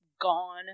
gone